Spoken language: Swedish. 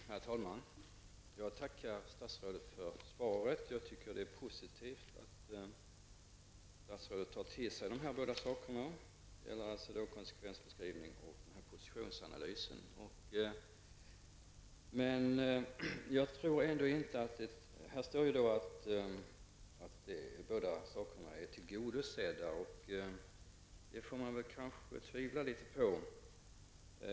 Herr talman! Jag tackar statsrådet för svaret. Jag tycker att det är positivt att statsrådet tar till sig dessa båda saker, konsekvensbeskrivningen och positionsanalysen. Det står i svaret att kraven på båda dessa saker är tillgodosedda. Det får man kanske betvivla litet.